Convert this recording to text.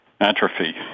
atrophy